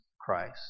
Christ